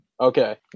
Okay